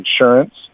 insurance